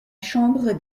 chambre